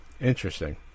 Interesting